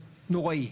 נוראי,